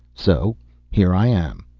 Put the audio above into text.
so here i am.